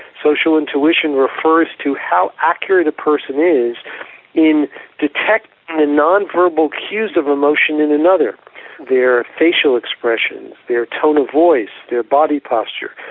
social intuition refers to how accurate a person is in detecting the non-verbal cues of emotion in another their facial expressions, their tone of voice, their body posture.